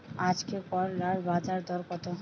আজকে করলার বাজারদর কত?